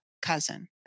cousin